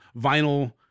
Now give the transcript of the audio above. vinyl